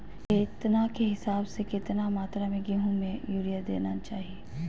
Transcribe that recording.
केतना के हिसाब से, कितना मात्रा में गेहूं में यूरिया देना चाही?